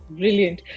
brilliant